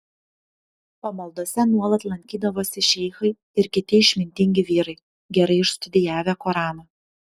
pamaldose nuolat lankydavosi šeichai ir kiti išmintingi vyrai gerai išstudijavę koraną